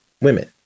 women